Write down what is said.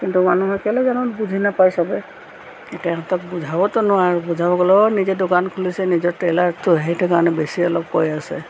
কিন্তু মানুহে কেলেই জানো বুজি নাপায় চবে এতিয়া ইহঁতক বুজাবতো নোৱাৰোঁ বুজাব গ'লেও নিজে দোকান খুলিছে নিজে টেইলাৰতো সেইটো কাৰণে বেছি অলপ কৈ আছে